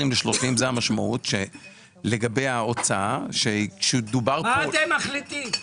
ל-30 זאת המשמעות לגבי ההוצאה --- מה אתם מחליטים?